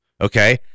Okay